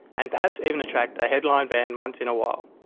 and perhaps even attract a headline band once in a while.